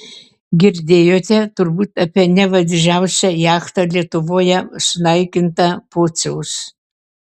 girdėjote turbūt apie neva didžiausią jachtą lietuvoje sunaikintą pociaus